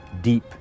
deep